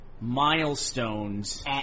milestones